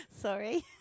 Sorry